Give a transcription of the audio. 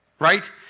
Right